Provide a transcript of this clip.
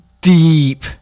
deep